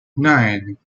nine